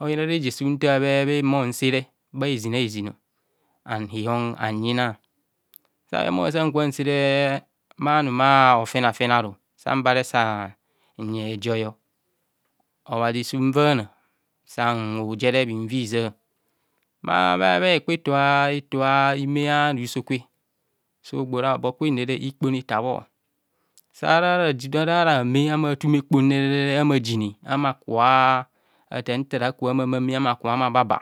oyina reje eunta bhe humor nsere bha hezin hazin an ihon amyina sa bhe hezinhazin an ihon anyina sabhe humo nka sere bhanuma ofena fena ru sam bare san yen ejoy obhazi suvana san hujere bhinvi za bhabha hekpa eto eto a i me anusokwe, sogbora hobo kwene ikpon itabho sara rasi ara meh ama tum ekpone ama jine ama kuhan ata nta rakua amame ama baba.